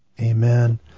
Amen